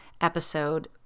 episode